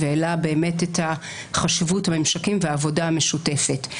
העלה באמת את החשיבות בממשקים והעבודה המשותפת.